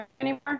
anymore